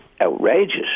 outrageous